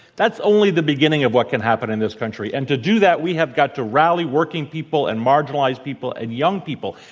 that's only the beginning of what can happen in this country. and to do that, we have got to rally working people and marginalize people and young people,